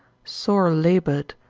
sore laboured,